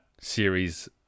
series